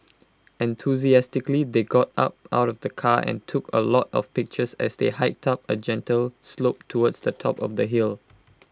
enthusiastically they got out out of the car and took A lot of pictures as they hiked up A gentle slope towards the top of the hill